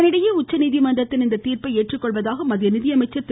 இதனிடையே உச்சநீதிமன்றத்தின் இந்த தீர்ப்பை ஏற்றுக்கொள்வதாக மத்திய நிதியமைச்சர் திரு